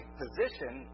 position